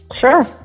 Sure